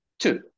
Two